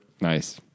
Nice